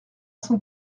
cent